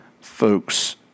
folks